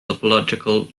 topological